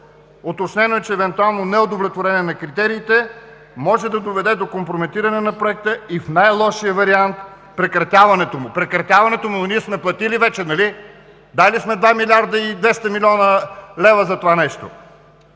Уточнено е, че евентуално неудовлетворение на критериите може да доведе до компрометиране на проекта и в най-лошия вариант – прекратяването му.“. Прекратяването му, ама ние сме платили вече, нали? Дали сме 2 млрд. 200 млн. лв. за това нещо.